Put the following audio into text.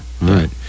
right